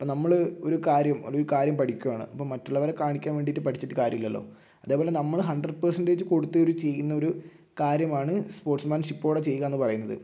അപ്പം നമ്മൾ ഒരു കാര്യം അല്ലെങ്കിൽ ഒരു കാര്യം പഠിക്കുകയാണ് അപ്പം മറ്റുള്ളവരെ കാണിക്കാൻ വേണ്ടി പഠിച്ചിട്ട് കാര്യമില്ലലോ അതേപോലെ നമ്മൾ ഹൺഡ്രഡ് പെർസൻറ്റേജ് കൊടുത്ത് ഒരു ചെയ്യുന്ന ഒരു കാര്യമാണ് സ്പോർട്സ് മേൻ ഷിപ്പോടെ ചെയ്യുക എന്ന് പറയുന്നത്